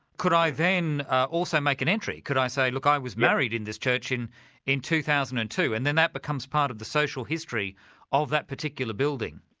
could i then also make an entry? could i say, look, i was married in this church in in two thousand and two and then that becomes part of the social history that particular building.